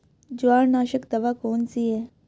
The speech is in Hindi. जवारनाशक दवा कौन सी है?